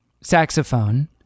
saxophone